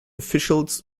officials